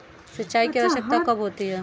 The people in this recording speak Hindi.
सिंचाई की आवश्यकता कब होती है?